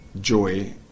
Joy